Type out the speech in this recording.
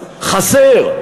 חסר,